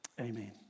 Amen